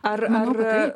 ar ar